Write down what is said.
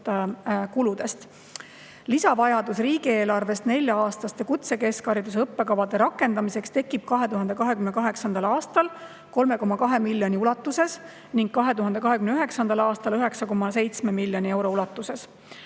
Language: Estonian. kuludest. Lisavajadus riigieelarvest nelja-aastaste kutsekeskhariduse õppekavade rakendamiseks [raha saamiseks] tekib 2028. aastal 3,2 miljoni ulatuses ning 2029. aastal 9,7 miljoni euro ulatuses.